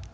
Kl.